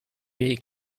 jej